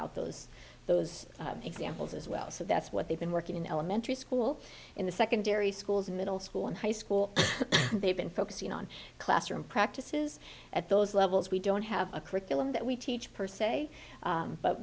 out those those examples as well so that's what they've been working in elementary school in the secondary schools middle school and high school they've been focusing on classroom practices at those levels we don't have a curriculum that we teach per se